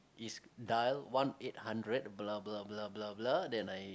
is dial one eight hundred blah blah blah blah blah then I